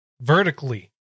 vertically